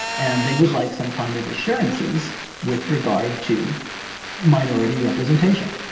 and they would like some kind of assurances with regard to minority representation.